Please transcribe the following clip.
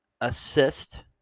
assist